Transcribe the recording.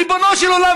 ריבונו של עולם,